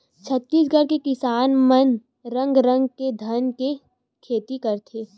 छत्तीसगढ़ के किसान मन रंग रंग के धान के खेती करथे